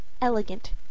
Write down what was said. elegant